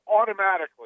automatically